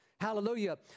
Hallelujah